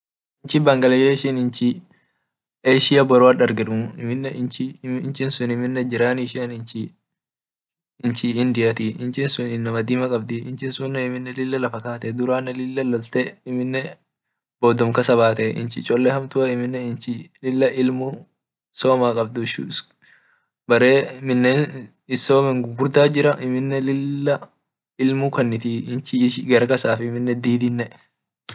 Inchi bangladesh inchi asia boroat dargenu jirani ishia inchi indiati amine inchi sun inama dima qabdii inchi sun amine lila lafakatee duranne bodom kasabatee inchi cholle hamtua amine inchi lila ilmu somaa qabduu bare minen isoe gugurda jira amine lila ilmu kanitii inchi garakasafaa amine didinne.